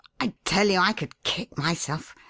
i tell you i could kick myself.